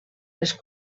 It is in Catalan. les